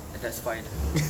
that's fine